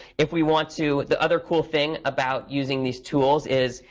if we want to the other cool thing about using these tools is,